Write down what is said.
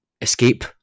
escape